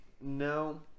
No